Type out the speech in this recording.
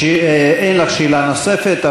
אין לך שאלה נוספת,